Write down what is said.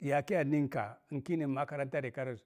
ninka a kinən makaranta rekarəz